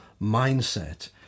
mindset